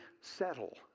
settle